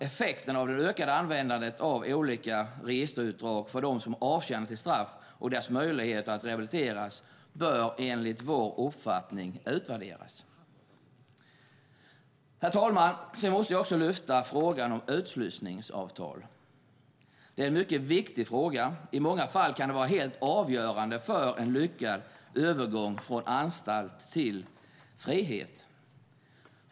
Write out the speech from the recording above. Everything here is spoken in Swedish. Effekterna av det ökande användandet av olika registerutdrag för dem som avtjänat sitt straff och deras möjligheter att rehabiliteras bör enligt vår uppfattning utvärderas. Herr talman! Sedan måste jag också lyfta upp frågan om utslussningsavtal. Det är en mycket viktig fråga. I många fall kan det vara helt avgörande för en lyckad övergång från anstalt till frihet.